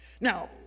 Now